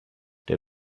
der